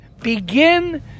begin